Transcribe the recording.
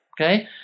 Okay